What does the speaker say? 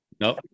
No